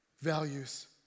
values